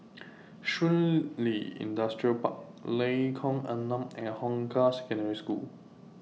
Shun Li Industrial Park Lengkong Enam and Hong Kah Secondary School